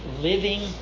living